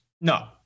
No